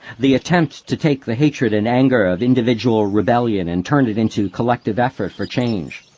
the attempt to take the hatred and anger of individual rebellion and turn it into collective effort for change.